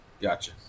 Gotcha